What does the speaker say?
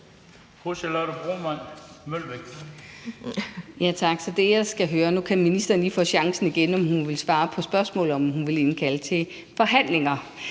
Nu kan ministeren lige få chancen igen, med hensyn til om hun vil svare på spørgsmålet om, om hun vil indkalde til forhandlinger